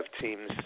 teams